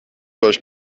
durch